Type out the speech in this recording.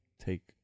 take